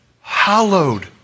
hallowed